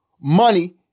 money